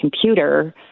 computer